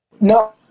No